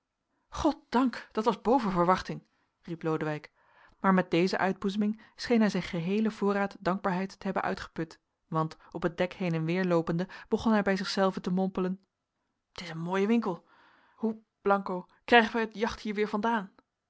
goddank dat was boven verwachting riep lodewijk maar met deze uitboezeming scheen hij zijn geheelen voorraad dankbaarheid te hebben uitgeput want op het dek heen en weer loopende begon hij bij zichzelven te mompelen t is een mooie winkel hoe d krijgen wij het jacht hier weer vandaan